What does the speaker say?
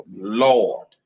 lord